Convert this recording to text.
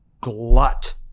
glut